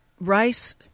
rice